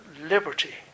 liberty